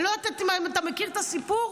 אני לא יודעת אם אתה מכיר את הסיפור,